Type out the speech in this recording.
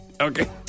Okay